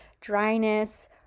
dryness